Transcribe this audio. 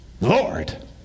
lord